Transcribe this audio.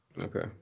Okay